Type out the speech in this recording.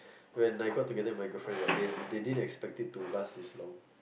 when I got together with my girlfriend right they they didn't expect it to last this long